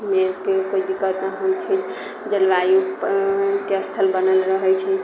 मे कोइ दिक्कत नहि होइ छै जलवायुके स्थल बनल रहै छै